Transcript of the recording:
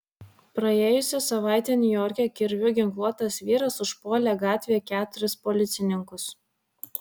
praėjusią savaitę niujorke kirviu ginkluotas vyras užpuolė gatvėje keturis policininkus